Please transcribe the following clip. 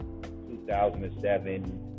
2007